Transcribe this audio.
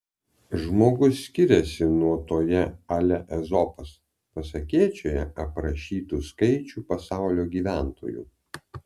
žmogus skiriasi nuo toje a la ezopas pasakėčioje aprašytų skaičių pasaulio gyventojų